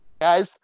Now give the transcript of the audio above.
guys